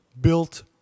built